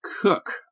Cook